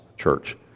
church